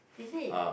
is it